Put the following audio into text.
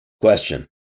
question